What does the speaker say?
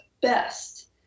best